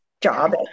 job